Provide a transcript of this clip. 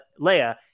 Leia